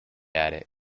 attic